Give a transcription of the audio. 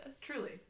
Truly